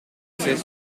c’est